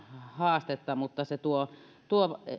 haastetta mutta se